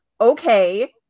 okay